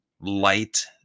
light